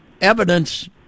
evidence